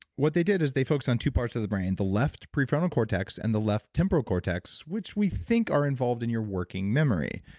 what they did is they focused on two parts of the brain, the left prefrontal cortex and the left temporal cortex, which we think are involved in your working memory.